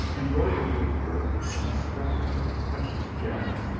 embroidered with pearls, and studded with precious gems,